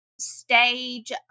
stage